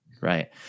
right